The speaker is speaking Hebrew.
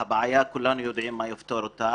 כולנו יודעים מה יפתור את הבעיה.